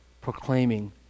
proclaiming